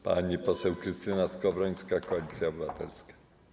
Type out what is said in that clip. Pani poseł Krystyna Skowrońska, Koalicja Obywatelska.